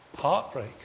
Heartbreak